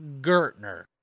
Gertner